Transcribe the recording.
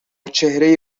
چهره